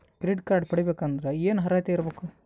Credit card ಪಡಿಬೇಕಂದರ ಏನ ಅರ್ಹತಿ ಇರಬೇಕು?